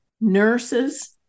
nurses